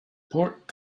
pork